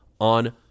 on